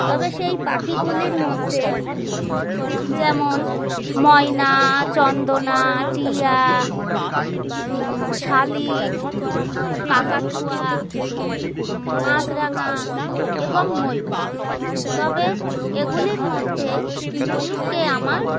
তবে সেই পাখিগুলির মধ্যে যেমন ময়না চন্দনা টিয়া শালিক হ্যাঁ কাকাতুয়া মাছরাঙা এবং ময়ূর তবে এগুলির মধ্যে ময়ূরকে আমার